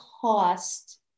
cost